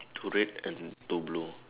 two red and two blue